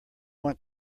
want